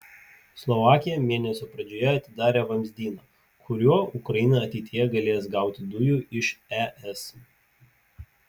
slovakija mėnesio pradžioje atidarė vamzdyną kuriuo ukraina ateityje galės gauti dujų iš es